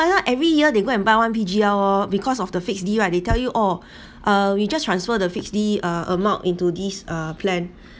not every year they go and buy one P_G_L oh because of the fixed D right they tell you oh uh we just transfer the fixed D uh amount into this uh plan